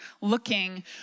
looking